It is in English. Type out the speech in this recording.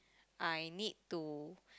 I need to